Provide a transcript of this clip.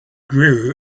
grew